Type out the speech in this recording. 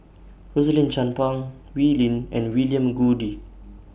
Rosaline Chan Pang Wee Lin and William Goode